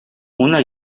una